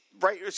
Right